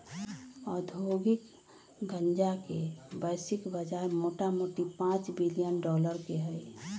औद्योगिक गन्जा के वैश्विक बजार मोटामोटी पांच बिलियन डॉलर के हइ